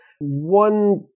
One